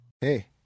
Hey